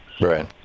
Right